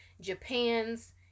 Japan's